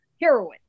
heroine